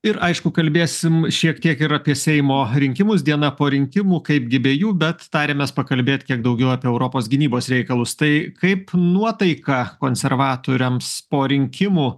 ir aišku kalbėsim šiek tiek ir apie seimo rinkimus diena po rinkimų kaipgi be jų bet tarėmės pakalbėt kiek daugiau apie europos gynybos reikalus tai kaip nuotaika konservatoriams po rinkimų